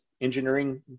engineering